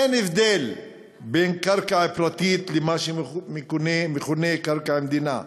אין הבדל בין קרקע פרטית למה שמכונה קרקע המדינה,